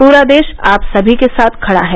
पूरा देश आप सभी के साथ खड़ा है